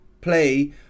play